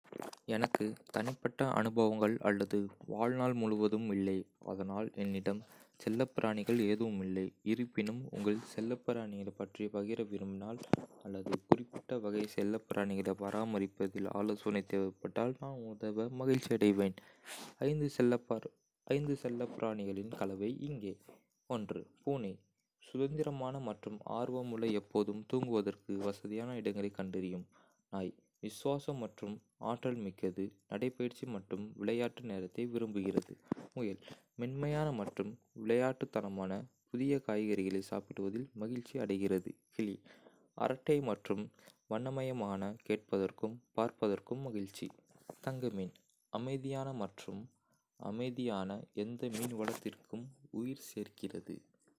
எனக்கு தனிப்பட்ட அனுபவங்கள் அல்லது வாழ்நாள் முழுவதும் இல்லை, அதனால் என்னிடம் செல்லப்பிராணிகள் எதுவும் இல்லை. இருப்பினும், உங்கள் செல்லப்பிராணிகளைப் பற்றிப் பகிர விரும்பினால் அல்லது குறிப்பிட்ட வகை செல்லப்பிராணிகளைப் பராமரிப்பதில் ஆலோசனை தேவைப்பட்டால், நான் உதவ மகிழ்ச்சியடைவேன்! ஐந்து செல்லப்பிராணிகளின் கலவை இங்கே: பூனை - சுதந்திரமான மற்றும் ஆர்வமுள்ள, எப்போதும் தூங்குவதற்கு வசதியான இடங்களைக் கண்டறியும். நாய் - விசுவாசம் மற்றும் ஆற்றல் மிக்கது, நடைப்பயிற்சி மற்றும் விளையாட்டு நேரத்தை விரும்புகிறது. முயல் - மென்மையான மற்றும் விளையாட்டுத்தனமான, புதிய காய்கறிகளை சாப்பிடுவதில் மகிழ்ச்சி அடைகிறது. கிளி - அரட்டை மற்றும் வண்ணமயமான, கேட்பதற்கும் பார்ப்பதற்கும் மகிழ்ச்சி. தங்கமீன் - அமைதியான மற்றும் அமைதியான, எந்த மீன்வளத்திற்கும் உயிர் சேர்க்கிறது.